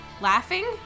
laughing